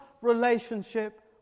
relationship